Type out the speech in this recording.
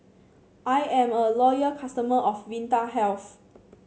I am a loyal customer of Vitahealth